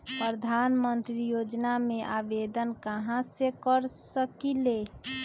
प्रधानमंत्री योजना में आवेदन कहा से कर सकेली?